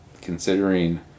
considering